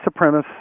supremacist